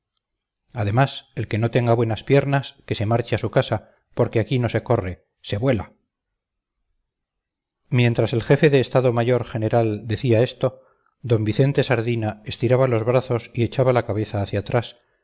además el que no tenga buenas piernas que se marche a su casa porque aquí no se corre se vuela mientras el jefe de estado mayor general decía esto d vicente sardina estiraba los brazos y echaba la cabeza hacia atrás